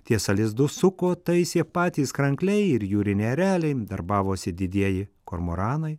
tiesa lizdus suko taisė patys krankliai ir jūriniai ereliai darbavosi didieji kormoranai